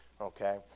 okay